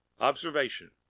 Observation